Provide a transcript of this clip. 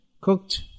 cooked